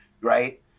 right